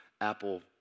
apple